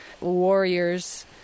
warriors